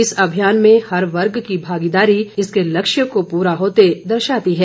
इस अभियान में हर वर्ग की भागीदारी इसके लक्ष्य को पूरा करते दर्शाती है